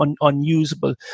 unusable